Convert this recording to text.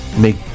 Make